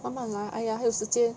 慢慢来 !aiya! 还有时间